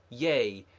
yea,